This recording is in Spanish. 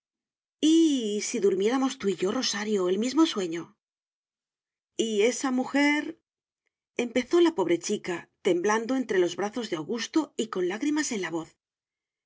si durmiéramos tú y yo rosario el mismo sueño y esa mujer empezó la pobre chica temblando entre los brazos de augusto y con lágrimas en la voz